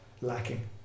lacking